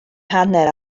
hanner